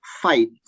fight